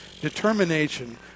determination